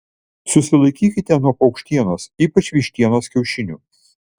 susilaikykite nuo paukštienos ypač vištienos kiaušinių